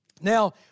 Now